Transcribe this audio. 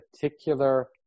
particular